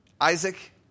Isaac